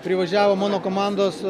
privažiavo mano komandos